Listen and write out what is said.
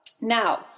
Now